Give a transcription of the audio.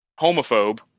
homophobe